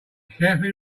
carefully